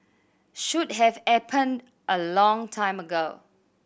should have happened a long time ago